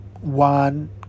one